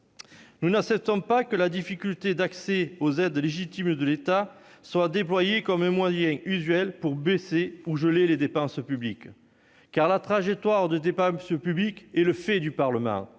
Nous n'acceptons pas que la difficulté d'accéder aux aides légitimes de l'État soit dévoyée comme un moyen usuel de baisser ou de geler les dépenses publiques. En effet, la définition de la trajectoire des dépenses publiques est le fait du Parlement.